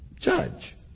Judge